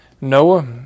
Noah